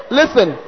listen